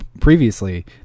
previously